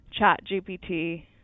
ChatGPT